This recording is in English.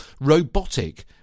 Robotic